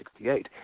1968